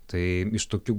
tai iš tokių